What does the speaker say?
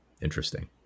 interesting